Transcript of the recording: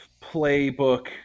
playbook